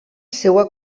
seva